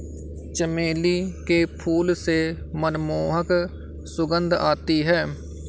चमेली के फूल से मनमोहक सुगंध आती है